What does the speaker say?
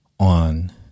On